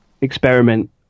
experiment